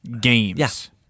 Games